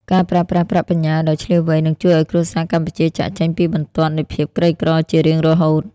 ការប្រើប្រាស់ប្រាក់បញ្ញើដោយឈ្លាសវៃ នឹងជួយឱ្យគ្រួសារកម្ពុជាចាកចេញពីបន្ទាត់នៃភាពក្រីក្រជារៀងរហូត។